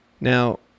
Now